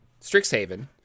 Strixhaven